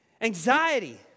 Anxiety